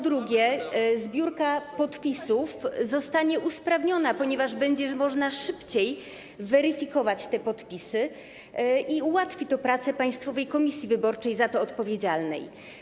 Po drugie, zbiórka podpisów zostanie usprawniona, ponieważ będzie można szybciej weryfikować te podpisy i ułatwi to pracę Państwowej Komisji Wyborczej za to odpowiedzialnej.